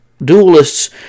dualists